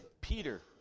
Peter